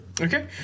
Okay